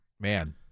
Man